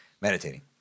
Meditating